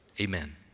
amen